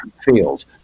field